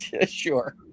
Sure